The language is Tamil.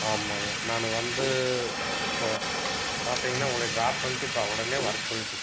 ஆமாங்க நான் வந்து இப்போது பார்த்திங்கனா உங்களை டிராப் பண்ணிட்டு இப்போ உடனே வரச்சொல்லிட்டு